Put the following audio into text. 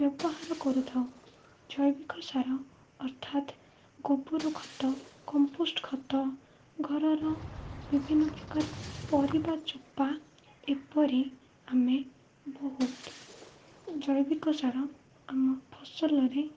ବ୍ୟବହାର କରୁଥାଉ ଜୈବିକ ସାର ଅର୍ଥାତ ଗୋବର ଖତ କମ୍ପୋଷ୍ଟ ଖତ ଘରର ବିଭିନ୍ନ ପ୍ରକାର ପରିବା ଚୋପା ଏପରି ଆମେ ବହୁତ ଜୈବିକ ସାର ଆମ ଫସଲରେ